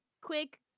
quick